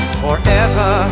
forever